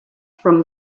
from